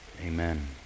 Amen